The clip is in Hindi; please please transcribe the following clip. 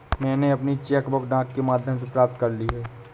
मैनें अपनी चेक बुक डाक के माध्यम से प्राप्त कर ली है